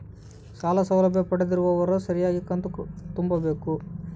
ಸಾಲ ಸೌಲಭ್ಯ ಪಡೆದಿರುವವರು ಸರಿಯಾಗಿ ಕಂತು ತುಂಬಬೇಕು?